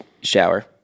shower